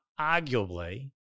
arguably